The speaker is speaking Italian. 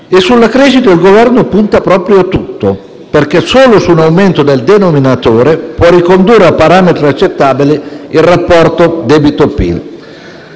Sulla crescita il Governo punta proprio tutto, perché solo un aumento del denominatore può ricondurre a parametri accettabili il rapporto tra debito e PIL.